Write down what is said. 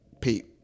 Pete